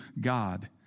God